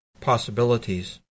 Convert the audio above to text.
possibilities